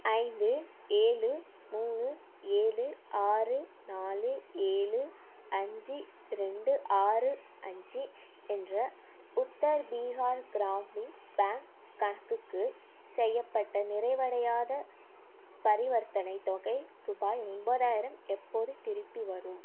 ஐந்து ஏழு மூணு ஏழு ஆறு நாலு ஏழு அஞ்சு ரெண்டு ஆறு அஞ்சு என்ற உத்தர் பீகார் கிராமின் பேங்க் கணக்குக்கு செய்யப்பட்ட நிறைவடையாத பரிவர்த்தனைத் தொகை ரூபாய் ஒன்பதாயிரம் எப்போது திரும்பி வரும்